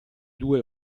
due